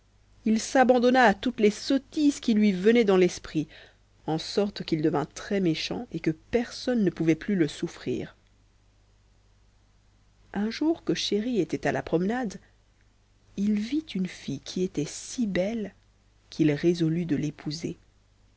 il s'abandonna à toutes les sottises qui lui venaient à l'esprit en sorte qu'il devint très méchant et que personne ne pouvait plus le souffrir un jour que chéri était à la promenade il vit une fille qui était si belle qu'il résolut de l'épouser